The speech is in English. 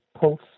pulse